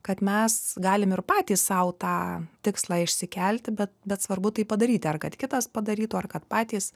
kad mes galim ir patys sau tą tikslą išsikelti bet bet svarbu tai padaryti ar kad kitas padarytų ar kad patys